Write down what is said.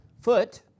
foot